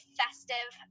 festive